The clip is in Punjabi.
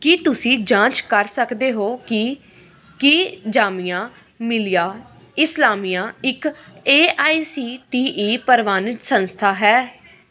ਕੀ ਤੁਸੀਂ ਜਾਂਚ ਕਰ ਸਕਦੇ ਹੋ ਕਿ ਕੀ ਜਾਮੀਆ ਮਿਲੀਆ ਇਸਲਾਮੀਆ ਇੱਕ A I C T E ਪ੍ਰਵਾਨਿਤ ਸੰਸਥਾ ਹੈ